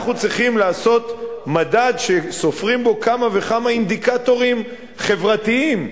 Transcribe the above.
אנחנו צריכים לעשות מדד שסופרים בו כמה וכמה אינדיקטורים חברתיים,